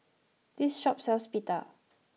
this shop sells Pita